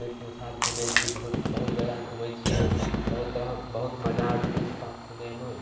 मित्रके साथ घूमैत छियै बहुत बहुत जगह घूमैत छियै बहुत तरह बहुत मजा अबैत छै मित्रके साथ घूमैमे